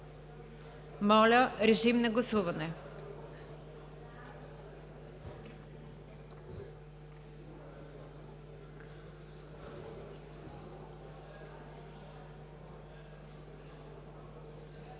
Моля, режим на гласуване.